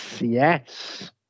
yes